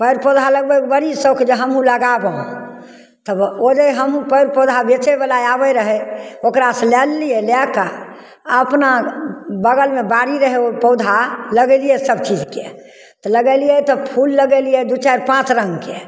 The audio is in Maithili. पर पौधा लगबैके बड़ सौख जे हमहूँ लगाबहुँ तब ओ जे हमपर पौधा बेचैवला आबै रहै ओकरासे लै लेलिए लैके आओर अपना बगलमे बाड़ी रहै ओ पौधा लगेलिए सबचीजके तऽ लगेलिए तऽ फूल लगेलिए दुइ चारि पाँच रङ्गके